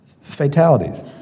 fatalities